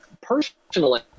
personally